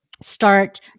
start